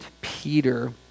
Peter